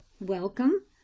Welcome